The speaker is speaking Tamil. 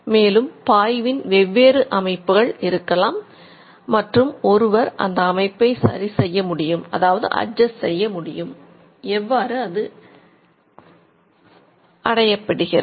எனவே அது எவ்வாறு அடையப்படுகிறது